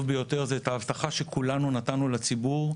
ביותר וזאת ההבטחה שכולנו נתנו לציבור,